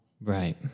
Right